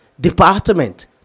department